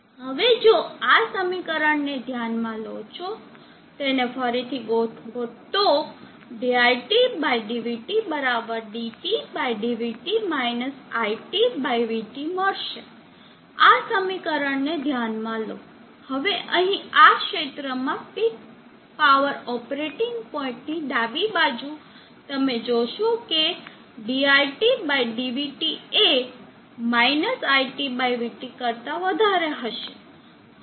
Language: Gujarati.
હવે જો તમે આ સમીકરણને ધ્યાનમાં લો છો તેને ફરીથી ગોઠવો તો diTdvT dpdvT iTvT મળશે આ સમીકરણને ધ્યાનમાં લો હવે અહીં આ ક્ષેત્રમાં પીક પાવર ઓપરેટિંગ પોઇન્ટ ની ડાબી બાજુ તમે જોશો કે diTdvT એ - iTvT કરતા વધારે હશે